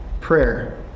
prayer